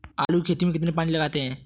आलू की खेती में कितना पानी लगाते हैं?